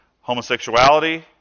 Homosexuality